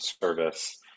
service